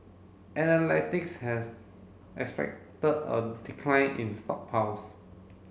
has expected a decline in stockpiles